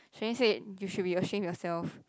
she only said you should be ashamed yourself